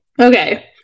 okay